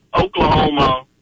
Oklahoma